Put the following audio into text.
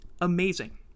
amazing